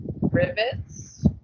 rivets